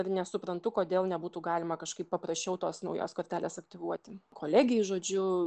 ir nesuprantu kodėl nebūtų galima kažkaip paprasčiau tos naujos kortelės aktyvuoti kolegei žodžiu